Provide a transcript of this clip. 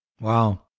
Wow